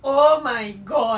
oh my god